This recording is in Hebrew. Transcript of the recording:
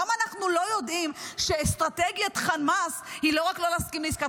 למה אנחנו לא יודעים שאסטרטגיית חמאס היא לא רק לא להסכים לעסקת